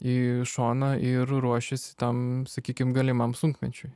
į šoną ir ruošiasi tam sakykim galimam sunkmečiui